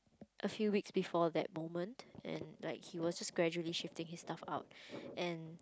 a few weeks before that moment and like he was just gradually shifting his stuff out and